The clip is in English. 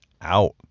out